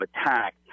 attack